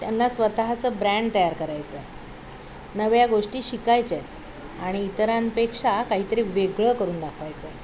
त्यांना स्वतःचं ब्रँड तयार करायचं आहे नव्या गोष्टी शिकायच्या आहेत आणि इतरांपेक्षा काहीतरी वेगळं करून दाखवायचं आहे